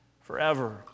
forever